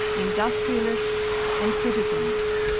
industrialists, and citizens.